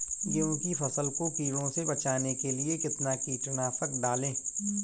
गेहूँ की फसल को कीड़ों से बचाने के लिए कितना कीटनाशक डालें?